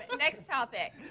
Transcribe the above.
and next topic.